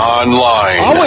online